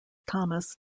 thomas